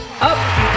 Up